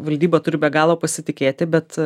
valdyba turi be galo pasitikėti bet